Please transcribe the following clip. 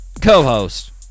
co-host